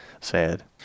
Sad